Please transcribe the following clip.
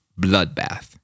bloodbath